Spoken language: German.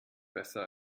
besser